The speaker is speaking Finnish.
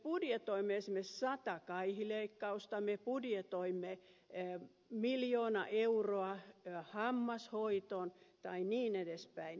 me budjetoimme esimerkiksi sata kaihileikkausta me budjetoimme miljoona euroa hammashoitoon tai niin edespäin